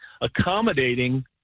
accommodating